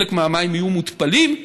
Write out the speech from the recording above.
חלק מהמים יהיו מותפלים,